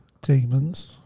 Demons